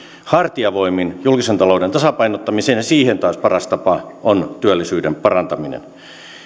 hartiavoimin julkisen talouden tasapainottamiseksi ja siihen taas paras tapa on työllisyyden parantaminen